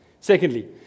Secondly